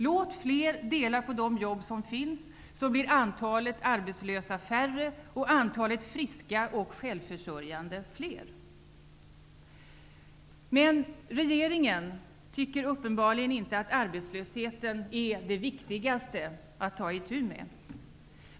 Låt fler dela på de jobb som finns, så blir antalet arbetslösa färre och antalet friska och självförsörjande fler! Men regeringen tycker uppenbarligen inte att arbetslösheten är det viktigaste att ta itu med.